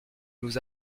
nous